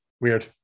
weird